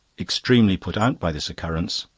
extremely put out by this occurrence,